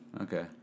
Okay